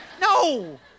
No